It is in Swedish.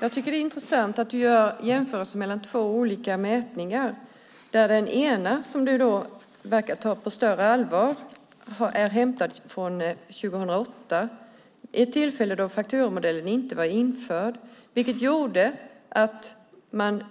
Fru talman! Det är intressant att du gör jämförelser mellan två olika mätningar, Marie Engström. Den som du verkar ta på större allvar är hämtad från 2008. Då var fakturamodellen inte införd, vilket gjorde att man